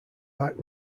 back